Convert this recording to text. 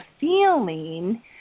feeling